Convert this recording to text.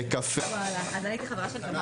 (הישיבה נפסקה בשעה